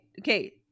Okay